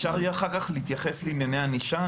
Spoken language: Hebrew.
אפשר יהיה אחר כך להתייחס לענייני הענישה?